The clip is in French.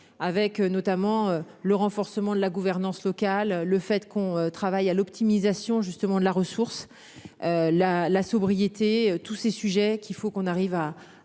avec notamment le renforcement de la gouvernance locale. Le fait qu'on travaille à l'optimisation justement de la ressource. La la sobriété. Tous ces sujets qu'il faut qu'on arrive à